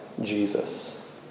Jesus